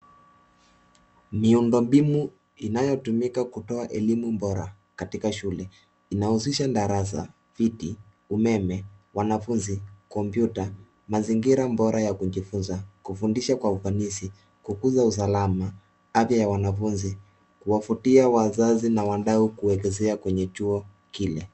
Miundo mbinu inayotumika kutoa elimu bora katika shule, inahusisha darasa viti, umeme, wanafunzi, kompyuta, mazingira bora ya kujifunza, kufundisha kwa ufanisi, kukuza usalama, afya ya wanafunzi, kuwavutia wazazi na wadau kuelezea kwenye chuo kile.